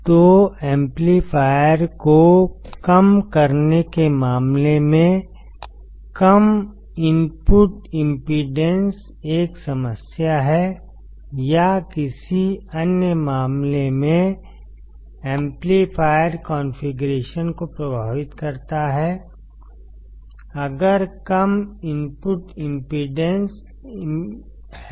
तो एम्पलीफायर को कम करने के मामले में कम इनपुट इम्पीडेन्स एक समस्या है या किसी अन्य मामले में एम्पलीफायर कॉन्फ़िगरेशन को प्रभावित करता है अगर कम इनपुट इम्पीडेन्स है